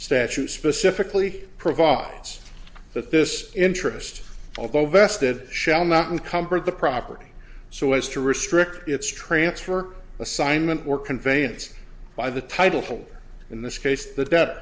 statute specifically provides that this interest although vested shall not uncomfort the property so as to restrict its transfer assignment or conveyance by the title holder in this case the debt